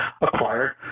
acquire